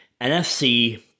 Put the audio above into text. NFC